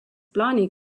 plaani